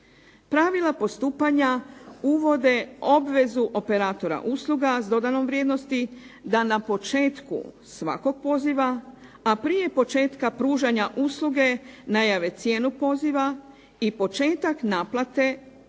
Pravila postupanja uvode obvezu operatora usluga s dodanom vrijednosti da na početku svakog poziva, a prije početka pružanja usluge najave cijenu poziva i početak naplate te da